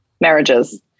marriages